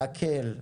להקל,